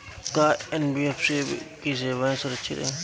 का एन.बी.एफ.सी की सेवायें सुरक्षित है?